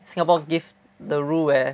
Singapore give the rule where